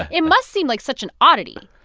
it must seem like such an oddity.